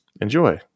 enjoy